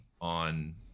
on